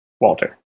Walter